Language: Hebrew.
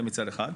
זה מצד אחד.